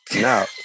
No